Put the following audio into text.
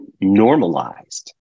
normalized